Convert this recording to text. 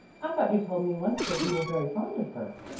i thought you told me once that you were very fond of her.